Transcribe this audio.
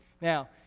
Now